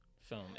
film